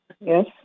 Yes